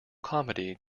comedy